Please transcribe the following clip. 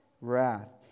wrath